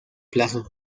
plazo